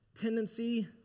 tendency